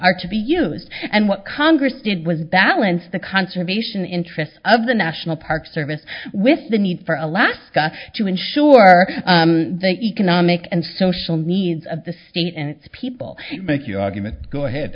are to be used and what congress did was balance the conservation interests of the national park service with the need for alaska to ensure they economic and social needs of the state and its people